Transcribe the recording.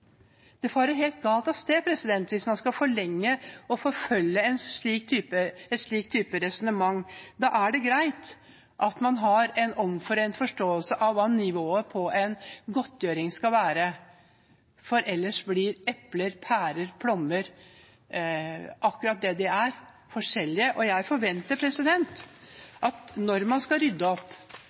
Det farer helt galt av sted hvis man skal forlenge og forfølge et slikt resonnement. Da er det greit at man har en omforent forståelse av hva nivået på en godtgjøring skal være, for ellers blir epler, pærer, plommer akkurat det de er – forskjellige. Jeg forventer at man spør seg når man skal rydde opp